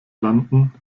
landen